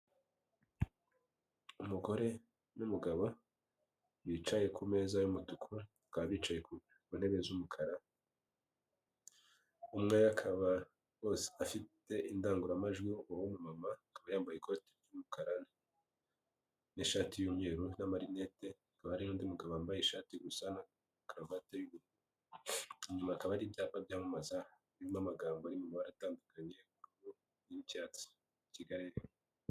Umugore n'umugabo bicaye ku meza y'umutuku bakaba bicaye ku ntebe z'umukara, umwe akaba afite indangururamajwi. uwu mama yambaye ikoti ry'umukara n'ishati y'umweru na marinete, hakaba hari undi mugabo wambaye ishati gusa na karuvati y'ubururu, inyuma hakaba hari ibyapa byamamaza birimo amagambo ari mu mabara atandukanye ubururu n'ibyatsi Kigali.